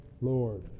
lord